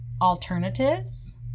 alternatives